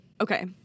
Okay